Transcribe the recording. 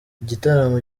igitaramo